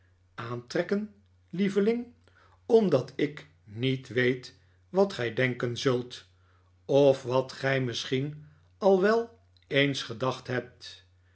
aantrekken lieveling omdat ik niet weet wat gij denken zult of wat gij misschien al wel eens gedacht hebt